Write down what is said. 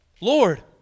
Lord